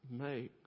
makes